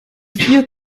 vier